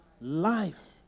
life